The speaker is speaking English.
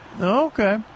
Okay